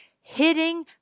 hitting